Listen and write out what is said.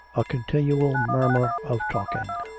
a continual murmur of talking,